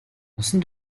насан